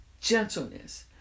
gentleness